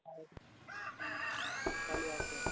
ହଉ କାଲି ଆସ